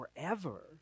forever